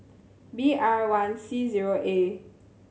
B R one C zero A